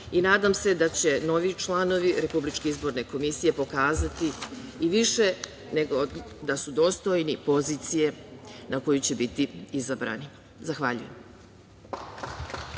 i nadam se da će novi članovi RIK pokazati i više nego da su dostojni pozicije na koju će biti izabrani. Zahvaljujem.